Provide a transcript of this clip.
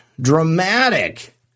dramatic